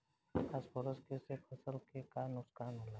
Phosphorus के से फसल के का नुकसान होला?